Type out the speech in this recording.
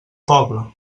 poble